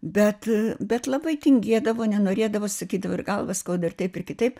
bet bet labai tingėdavo nenorėdavo sakydavo ir galvą skauda ir taip ir kitaip